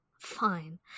Fine